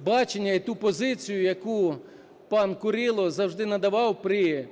бачення і ту позицію, яку пан Курило завжди надавав при